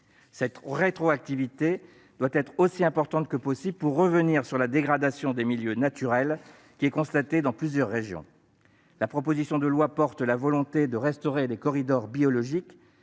Cette rétroactivité doit être aussi importante que possible, pour revenir sur la dégradation des milieux naturels qui est constatée dans plusieurs régions. La proposition de loi porte la volonté de restaurer les corridors biologiques,